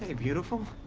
ah beautiful.